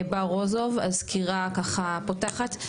בר רוזוב סקירה ככה פותחת,